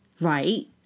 right